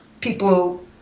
people